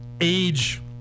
age